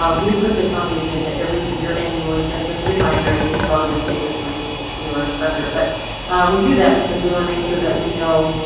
um we put this on the agenda every year annually just as a reminder, and she's probably going to say this. and i hate to steal her thunder, but we do that because we want to make sure that we know.